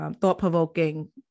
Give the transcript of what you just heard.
Thought-provoking